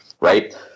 Right